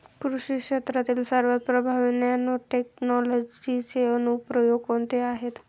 कृषी क्षेत्रातील सर्वात प्रभावी नॅनोटेक्नॉलॉजीचे अनुप्रयोग कोणते आहेत?